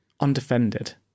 undefended